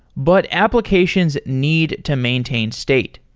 but applications need to maintain state.